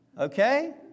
okay